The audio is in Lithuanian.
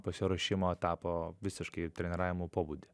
pasiruošimo etapo visiškai ir treniravimo pobūdį